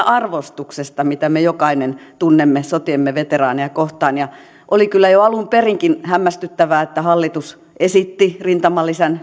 arvostuksesta mitä me jokainen tunnemme sotiemme veteraaneja kohtaan oli kyllä jo alun perinkin hämmästyttävää että hallitus esitti rintamalisän